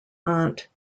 aunt